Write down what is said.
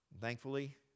Thankfully